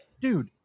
Dude